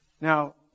Now